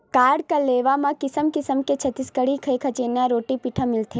गढ़कलेवा म किसम किसम के छत्तीसगढ़ी खई खजेना, रोटी पिठा मिलथे